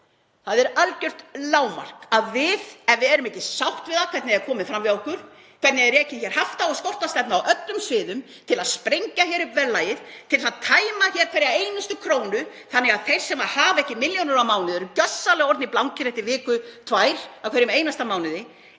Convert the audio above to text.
það er algjört lágmark að ef við erum ekki sátt við það hvernig er komið fram við okkur, hvernig er rekin hér hafta- og skortstefna á öllum sviðum til að sprengja hér upp verðlagið, til að tæma hér hverja einustu krónu, þannig að þeir sem hafa ekki milljónir á mánuði eru gjörsamlega orðnir blankir eftir viku, tvær vikur í hverjum einasta mánuði,